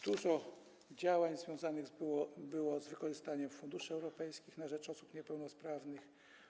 Dużo działań związanych było z wykorzystaniem funduszy europejskich na rzecz osób niepełnosprawnych.